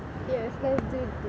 yes first to go